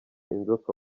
inzoka